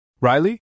Riley